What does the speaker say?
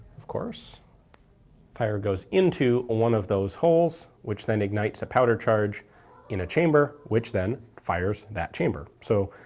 of course fire goes into one of those holes, which then ignites a powder charge in a chamber, which then fires that chamber so,